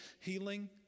healing